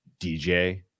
dj